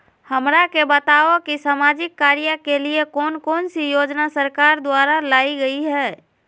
हमरा के बताओ कि सामाजिक कार्य के लिए कौन कौन सी योजना सरकार द्वारा लाई गई है?